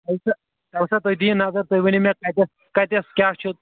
تلسا تلسا تُہۍ دِیِو نظر تُہۍ ؤنِو مےٚ کَتٮ۪س کَتٮ۪س کیٛاہ چھُ